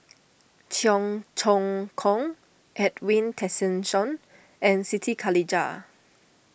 Cheong Choong Kong Edwin Tessensohn and Siti Khalijah